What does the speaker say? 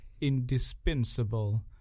indispensable